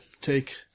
Take